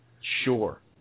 Sure